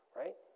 right